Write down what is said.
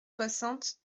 soixante